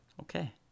Okay